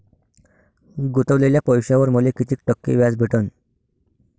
गुतवलेल्या पैशावर मले कितीक टक्के व्याज भेटन?